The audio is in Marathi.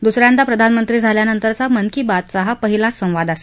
दुसा यादा प्रधानमंत्री झाल्यानंतरचा मन की बात चा हा पहिलाच संवाद आहे